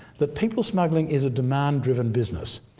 that people smuggling is a demand-driven business.